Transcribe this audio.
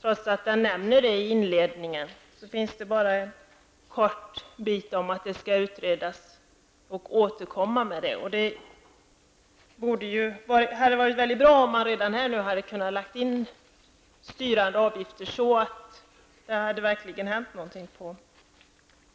Trots att det nämns i inledningen, finns det bara en kort bit om att saken skall utredas och att man därefter skall återkomma i frågan. Det hade varit väldigt bra om man redan här hade kunnat lägga in ett förslag om styrande avgifter så att det verkligen hade hänt någonting i fråga om